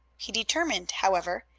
he determined, however,